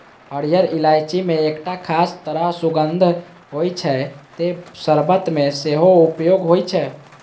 हरियर इलायची मे एकटा खास तरह सुगंध होइ छै, तें शर्बत मे सेहो उपयोग होइ छै